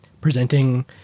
presenting